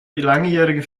langjährige